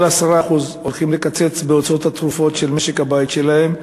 מעל 10% הולכים לקצץ בהוצאות התרופות של משק הבית שלהם.